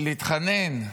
להתחנן,